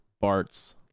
Bart's